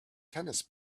tennis